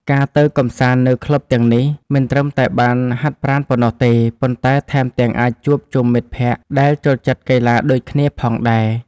ការទៅកម្សាន្តនៅក្លឹបទាំងនេះ មិនត្រឹមតែបានហាត់ប្រាណប៉ុណ្ណោះទេ ប៉ុន្តែថែមទាំងអាចជួបជុំមិត្តភក្តិដែលចូលចិត្តកីឡាដូចគ្នាផងដែរ។